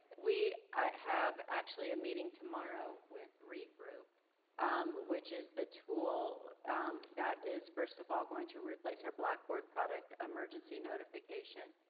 we have actually a meeting tomorrow with regroup um which is the tool that is, first of all, going to replace our blackboard product emergency notification.